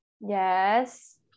Yes